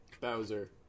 Bowser